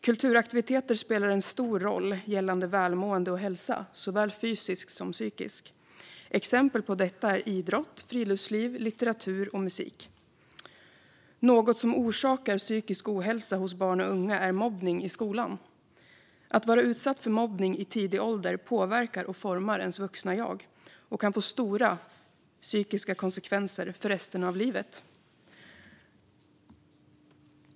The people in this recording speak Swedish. Kulturaktiviteter spelar en stor roll gällande välmående och hälsa, såväl fysisk som psykisk. Exempel på detta är idrott, friluftsliv, litteratur och musik. Något som orsakar psykisk ohälsa hos barn och unga är mobbning i skolan. Att vara utsatt för mobbning i tidig ålder påverkar och formar ens vuxna jag och kan få stora psykiska konsekvenser för resten av livet.